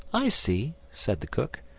i see, said the cook.